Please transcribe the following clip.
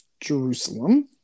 jerusalem